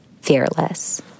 fearless